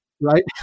right